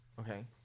Okay